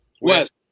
West